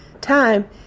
time